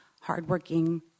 hardworking